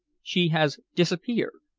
she has disappeared.